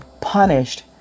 punished